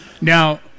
Now